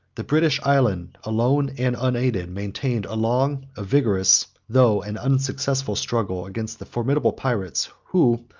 the british island, alone and unaided, maintained a long, a vigorous, though an unsuccessful, struggle, against the formidable pirates, who,